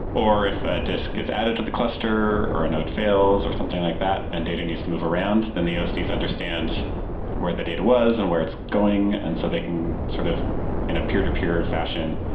or if a disk is added to the cluster, or a node fails or something like that and data needs to move around, then the osds understand where the data was and where it's going. and so they can, sort of in a peer-to-peer fashion,